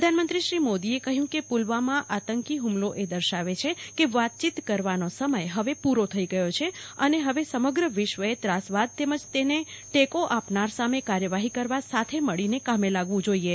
પ્રધાનમંત્રી શ્રી મોદીએ કહ્યું કે પુલવામા આતંકી હુમલો એ દર્શાવે છે કે વાતચીત કરવાનો સમય હવે પૂરો થઇ ગયો છે અને હવે સમગ્ર વિશ્વ એ ત્રાસવાદ તેમજ તેમને ટેકો આપનાર સામે કાર્યવાહી કરવા સાથે મળીને કામે લાગવું જોઈએ